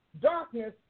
darkness